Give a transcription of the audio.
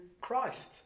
Christ